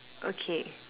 okay